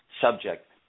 subject